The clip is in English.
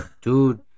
dude